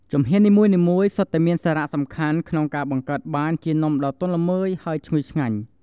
ជំហាននីមួយៗសុទ្ធតែមានសារៈសំខាន់ក្នុងការបង្កើតបានជានំដ៏ទន់ល្មើយ ហើយឈ្ងុយឆ្ងាញ់។